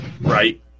Right